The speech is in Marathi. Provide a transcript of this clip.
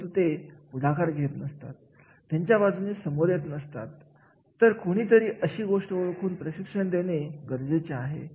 जसे की एखाद्या तांत्रिक कार्यामध्ये यंत्राच्या साह्याने करण्यात येणाऱ्या कार्यामध्ये अशा कार्याला यंत्राचा आधार असणे गरजेचे असते